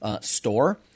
store